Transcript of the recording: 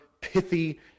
pithy